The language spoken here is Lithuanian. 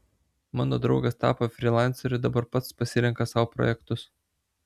mano draugas tapo frylanceriu dabar pats pasirenka sau projektus